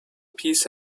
peace